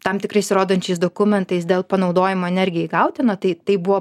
tam tikrais įrodančiais dokumentais dėl panaudojimo energijai gauti na tai tai buvo